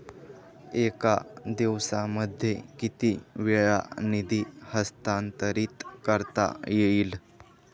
एका दिवसामध्ये किती वेळा निधी हस्तांतरीत करता येईल?